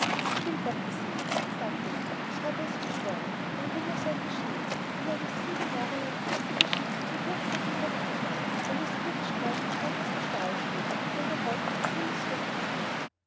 ich will gott besiegen sagte er ich habe es geschworen mein wille soll geschehen und er ließ sieben jahre lang künstliche schiffe zum durchsegeln der luft bauen er ließ blitzstrahlen vom härtesten stahl schmieden denn er wollte des himmels befestigung sprengen